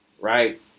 right